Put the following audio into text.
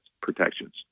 protections